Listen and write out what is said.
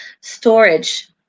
storage